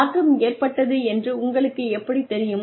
மாற்றம் ஏற்பட்டது என்று உங்களுக்கு எப்படி தெரியும்